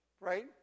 Right